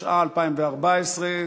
התשע"ה 2014,